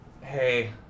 hey